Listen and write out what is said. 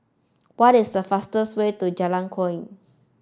what is the fastest way to Jalan Kuak